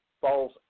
falls